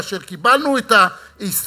כאשר קיבלנו את ההסתייגות,